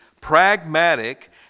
pragmatic